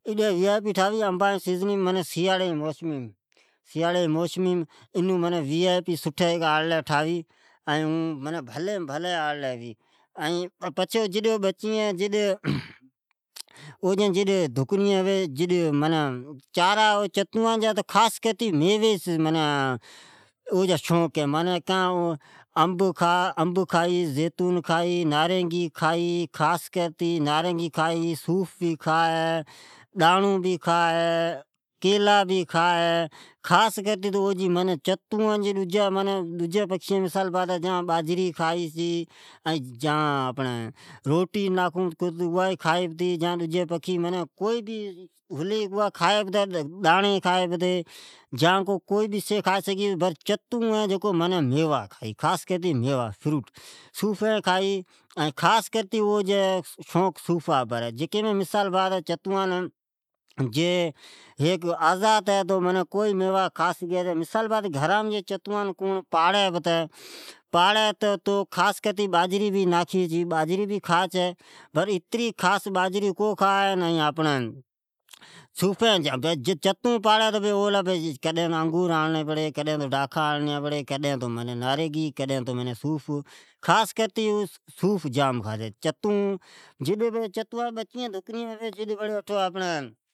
ایڑی آڑلی وی آئی پی ٹھاوی انبان جی سوسمیم سیاری مین، اڈی وی ائی پی آڑلی ٹھاوی ۔بھلی مین بھلی ھوی پچھی کا کری آپکی ڈکنی بچئین چارا خاص چتون جی جھدی خاص کرتے میوی سی ھے ۔او خاص کرتے میوا کھاء چھے ۔ چتون میوی کھاء ھئ جکیم انب ،کیلا، زیتون، صوف، نارنگی، ائی سب میوی کھئی چھے ۔ باقی ڈجی پکھی باجری کھائی ، روٹی کھائی ،ڈجی جکئین ناکھی کھائی پلی، کڑک کھائی، کھائی پر چتون کونی کھاءاو رگا میوا کھاءفروٹ کھائی اوجی فیورائیٹ صوف ھے۔ خاص کرتے اوجی شوق صوٖ ف پر ھے۔ ھیک چتون آزاد ھی کوئی بہ میوا کھاء جیکڈھن چتوان کوڑ پاڑی پتے تو اون باجری ناکھے چھے اوا بجرے کھاء چھے ،پر چتوان لی کڈھن انگور، کیلی ،ناریگیا آڑنیان پڑی۔ خاص کرتے اوجی شوق صوٖ ف پر ھے۔ جڈ او جی بچین دھکنی ھوی چھی۔ s